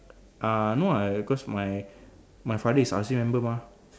uh no ah cause my my father is R_C member mah